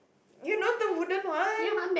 you know the wooden one